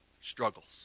struggles